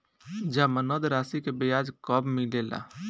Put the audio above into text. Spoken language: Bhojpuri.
जमानद राशी के ब्याज कब मिले ला?